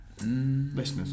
listeners